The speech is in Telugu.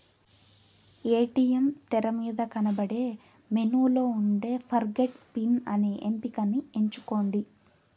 ఏ.టీ.యం తెరమీద కనబడే మెనూలో ఉండే ఫర్గొట్ పిన్ అనే ఎంపికని ఎంచుకోండి